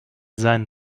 seinen